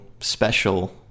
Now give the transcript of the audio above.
special